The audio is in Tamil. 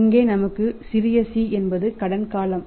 இங்கே நமக்கு சிறிய c என்பது கடன் காலம்